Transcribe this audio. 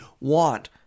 want